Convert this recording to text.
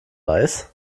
reis